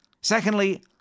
Secondly